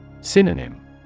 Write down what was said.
Synonym